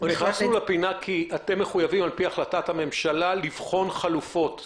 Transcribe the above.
נכנסנו לפינה הזאת כי אתם מחויבים על פי החלטת הממשלה לבחון חלופות.